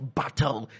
battle